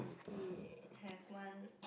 he has one